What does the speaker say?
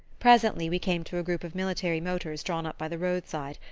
presently we came to a group of military motors drawn up by the roadside,